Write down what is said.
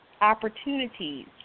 opportunities